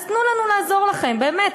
אז תנו לנו לעזור לכם, באמת.